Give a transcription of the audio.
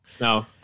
No